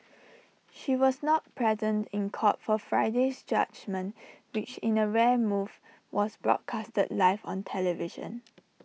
she was not present in court for Friday's judgement which in A rare move was broadcast live on television